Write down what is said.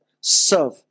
Serve